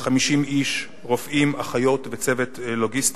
ו-50 איש, רופאים, אחיות וצוות לוגיסטי.